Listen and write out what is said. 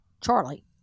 Charlie